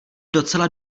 docela